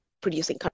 producing